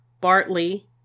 Bartley